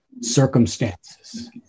circumstances